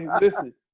Listen